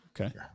Okay